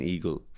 Eagle